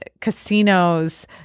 casinos